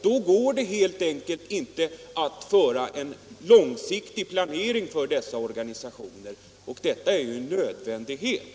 Då går det helt enkelt inte att göra en långsiktig planering för dessa organisationer, och det är en nödvändighet.